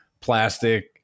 plastic